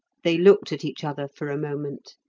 they looked at each other for a moment.